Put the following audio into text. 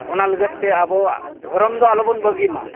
ᱚᱱᱟ ᱞᱟᱹᱜᱤᱫ ᱛᱮ ᱟᱵᱚᱣᱟᱜ ᱫᱷᱚᱨᱚᱢ ᱫᱚ ᱟᱞᱚ ᱵᱚᱱ ᱵᱟᱹᱜᱤ ᱢᱟ